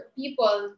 people